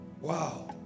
Wow